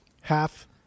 half